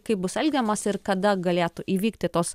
kaip bus elgiamasi ir kada galėtų įvykti tos